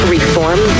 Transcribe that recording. Reform